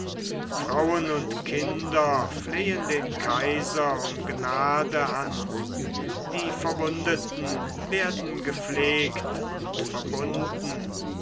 frauen und kinder flehen den kaiser um gnade an die verwundeten werden gepflegt und verbunden